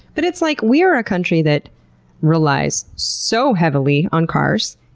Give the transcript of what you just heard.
but it's like, we are a country that relies so heavily on cars,